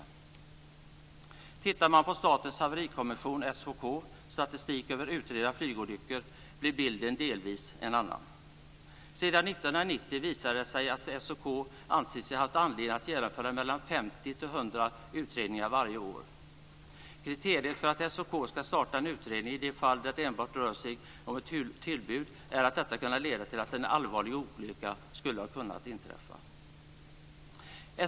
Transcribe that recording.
Om man tittar på Statens haverikommissions, SHK, statistik över utredda flygolyckor blir bilden delvis en annan. Sedan 1990 har SHK ansett sig haft anledning att göra 50-100 utredningar varje år. Kriteriet för att SHK ska starta en utredning av ett tillbud är att detta kunnat leda till att en allvarlig olycka inträffat.